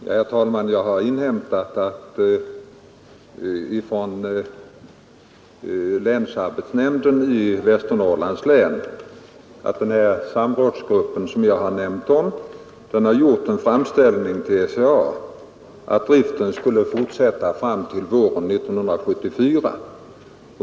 Herr talman! Jag har av länsarbetsnämnden i Västernorrlands län inhämtat att den samrådsgrupp som jag omnämnt gjort en framställning till SCA om att driften skulle fortsätta fram till våren 1974.